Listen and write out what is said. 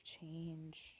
change